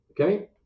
Okay